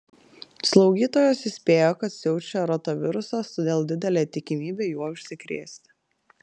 slaugytojos įspėjo kad siaučia rotavirusas todėl didelė tikimybė juo užsikrėsti